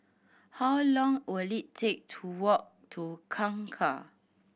how long will it take to walk to Kangkar